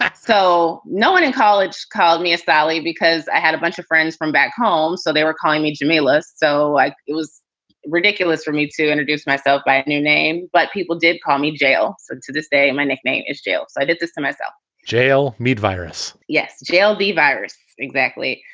so no one in college called me assali because i had a bunch of friends from back home, so they were calling me jamila's. so like it was ridiculous for me to introduce myself by a new name. but people did call me jail. so to this day my nickname is jail. i did this to myself jail. mede virus yes. jail. the virus. exactly.